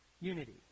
unity